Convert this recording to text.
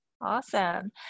Awesome